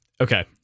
Okay